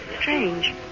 Strange